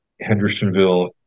Hendersonville